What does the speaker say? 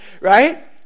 right